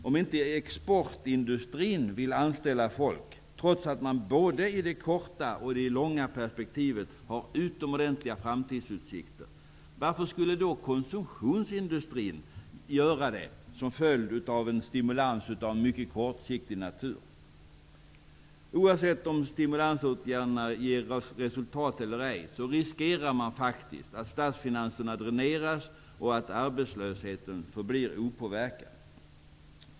Om inte exportindustrin anställer folk, trots att man både i det korta och i det långa perspektivet har utomordentliga framtidsutsikter, varför skulle då konsumtionsindustrin göra det, som följd av en stimulans av mycket kortsiktig natur? Oavsett om stimulansåtgärderna ger resultat eller ej, riskerar man faktiskt att statsfinanserna dräneras och arbetslösheten förblir opåverkad.